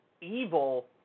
evil